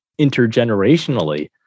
intergenerationally